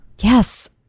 yes